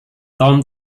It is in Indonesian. tom